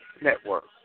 Network